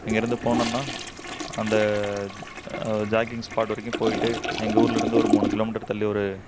இங்கேருந்து போனோன்னா அந்த ஜாகிங் ஸ்பாட்டு வரைக்கும் போயிவிட்டு எங்கள் ஊர்லருந்து ஒரு மூணு கிலோமீட்டர் தள்ளி ஒரு